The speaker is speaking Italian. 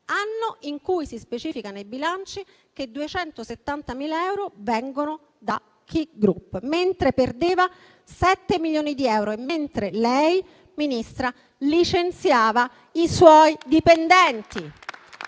anno in cui si specifica nei bilanci che 270.000 euro vengono da Ki Group, mentre perdeva 7 milioni di euro e mentre lei, signora Ministra, licenziava i suoi dipendenti